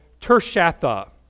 Tershatha